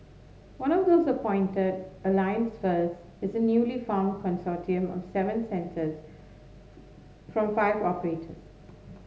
one of those appointed Alliance First is a newly formed consortium of seven centres from five operators